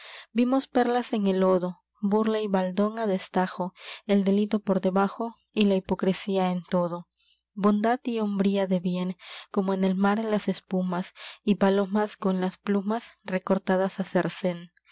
vimos burla y perlas en el lodo baldón á destajo debajo el delito por y la hipocresía en todo bondad y como hombría de bien mar en el las espumas y palomas con las plumas recortadas